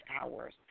hours